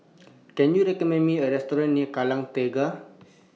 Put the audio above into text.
Can YOU recommend Me A Restaurant near Kallang Tengah